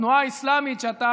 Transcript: התנועה האסלאמית שאתה